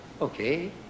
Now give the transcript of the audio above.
okay